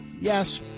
Yes